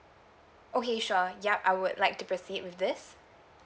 okay sure yup I would like to proceed with this